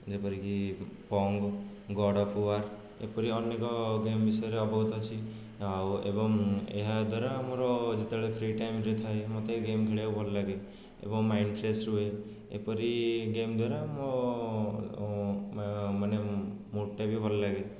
ଯେପରିକି Pong God of War ଏପରି ଅନେକ ଗେମ୍ ବିଷୟରେ ଅବଗତ ଅଛି ଆଉ ଏବଂ ଏହାଦ୍ଵାରା ମୋର ଯେତେବେଳେ ଫ୍ରି ଟାଇମ୍ରେ ଥାଏ ମୋତେ ଏହି ଗେମ୍ ଖେଳିବାକୁ ଭଲ ଲାଗେ ଏବଂ ମାଇଣ୍ଡ ଫ୍ରେସ ରୁହେ ଏପରି ଗେମ୍ ଦ୍ଵାରା ମୋ ଓ ମାନେ ମୁଡ଼୍ଟା ବି ଭଲ ଲାଗେ